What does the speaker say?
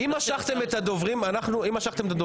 אם משכתם את הדוברים ביום